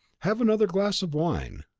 have another glass of wine.